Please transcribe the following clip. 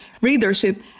readership